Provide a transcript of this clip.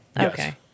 Okay